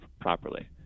properly